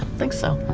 think so.